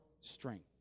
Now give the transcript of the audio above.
strength